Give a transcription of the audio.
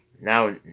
Now